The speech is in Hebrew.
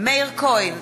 מאיר כהן,